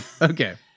Okay